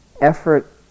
effort